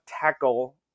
tackle